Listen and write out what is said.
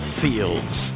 fields